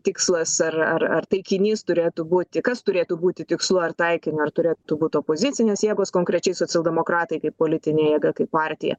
tikslas ar ar taikinys turėtų būti kas turėtų būti tikslu ar taikiniu ar turėtų būt opozicinės jėgos konkrečiai socialdemokratai kaip politinė jėga kaip partija